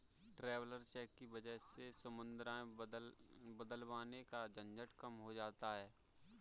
traveller cheque की वजह से मुद्राएं बदलवाने का झंझट कम हो जाता है